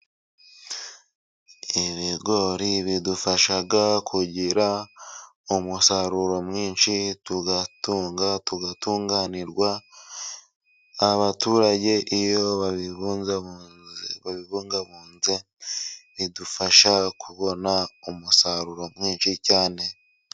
Ibigori bidufasha kugira umusaruro mwinshi tugatunga tugatunganirwa, abaturage iyo babibungabunze bidufasha kubona umusaruro mwinshi cyane.